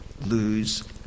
lose